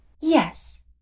Yes